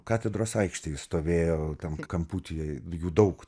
katedros aikštėj stovėjo ten kamputyje jų daug